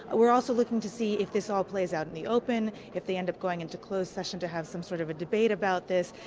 and we are also looking to see if this all plays out in the open. if they end up going into closed session to have some sort of debate about this.